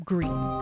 Green